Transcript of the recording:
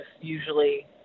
usually